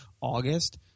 August